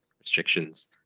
restrictions